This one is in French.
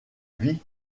vie